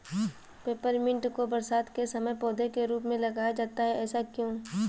Peppermint को बरसात के समय पौधे के रूप में लगाया जाता है ऐसा क्यो?